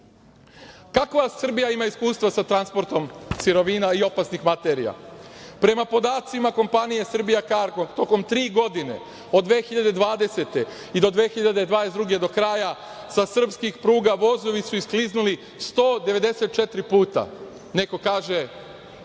Kakva Srbija ima iskustva sa transportom sirovina i opasnih materija? Prema podacima kompanije „Srbija Kargo“, tokom tri godine, od 2020. i do 2022. godine, do kraja, sa srpskih pruga vozovi su iskliznuli 194 puta. Neko kaže